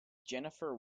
jennifer